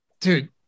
Dude